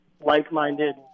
like-minded